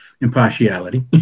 impartiality